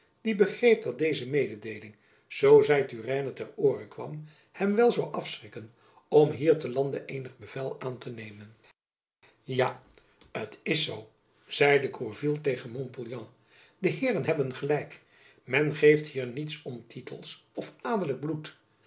die begreep dat deze mededeeling zoo zy turenne ter oore kwam hem wel zoû afschrikken om hier te lande eenig bevel aan te nemen ja t is zoo zeide gourville tegen montpouillan de heeren hebben gelijk men geeft hier niets om tytels of adelijk bloed